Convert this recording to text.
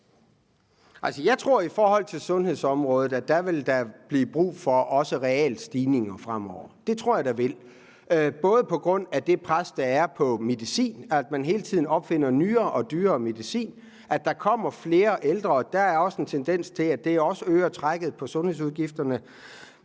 også vil blive brug for realstigninger fremover. Det tror jeg at der vil, både på grund af det pres, der er på medicin, og at man hele tiden opfinder nyere og dyrere medicin, at der kommer flere ældre, og der er også en tendens til, at det også øger trækket på sundhedsudgifterne.